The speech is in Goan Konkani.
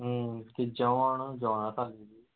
किद जेवण जेवणा थाली